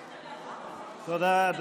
תודה.